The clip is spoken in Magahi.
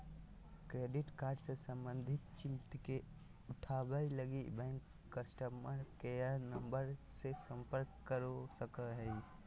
क्रेडिट कार्ड से संबंधित चिंता के उठावैय लगी, बैंक कस्टमर केयर नम्बर से संपर्क कर सको हइ